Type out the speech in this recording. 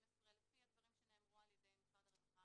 לפי הדברים שנאמרו על ידי משרד הרווחה